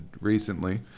recently